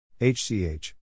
HCH